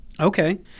Okay